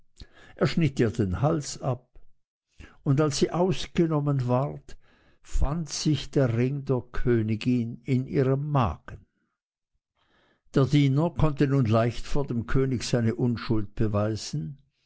er schnitt ihr den hals ab und als sie ausgenommen ward fand sich der ring der königin in ihrem magen der diener konnte nun leicht vor dem könige seine unschuld beweisen